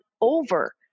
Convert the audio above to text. over